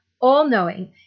all-knowing